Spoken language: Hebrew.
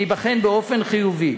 וייבחן באופן חיובי.